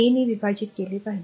ने विभाजित केले पाहिजे